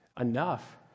Enough